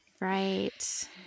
Right